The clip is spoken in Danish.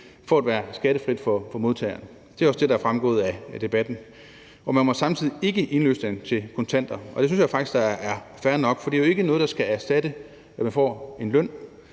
for at være skattefrit for modtageren. Det er også det, der er fremgået af debatten. Man må samtidig ikke indløse det til kontanter. Og det synes jeg faktisk er fair nok, for det er jo ikke noget, der skal erstatte, at man får løn.